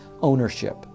ownership